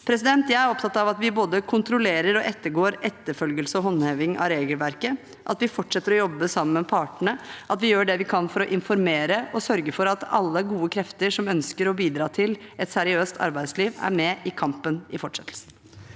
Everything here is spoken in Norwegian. Jeg er opptatt av at vi både kontrollerer og ettergår etterfølgelse og håndheving av regelverket, at vi fortset ter å jobbe sammen med partene, og at vi gjør det vi kan for å informere og sørge for at alle gode krefter som ønsker å bidra til et seriøst arbeidsliv, er med i kampen i fortsettelsen.